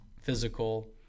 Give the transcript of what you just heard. physical